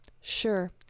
sure